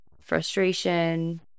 frustration